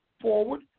forward